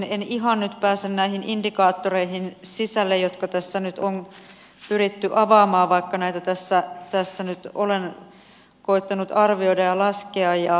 tosin en ihan nyt pääse näihin indikaattoreihin sisälle jotka tässä nyt on pyritty avaamaan vaikka näitä tässä nyt olen koettanut arvioida ja laskea